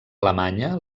alemanya